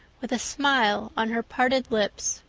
with a smile on her parted lips.